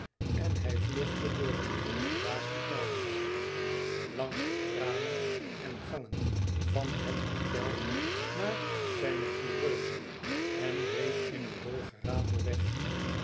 en hij vluchtte door een troep verbaasde kellners langs de trappen en gangen van het hôtel naar zijne coureuse en reed in een dol geratel weg